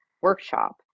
workshop